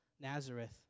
Nazareth